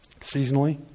Seasonally